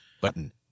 Button